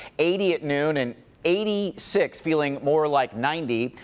eighty at noon, and eighty six, feeling more like ninety,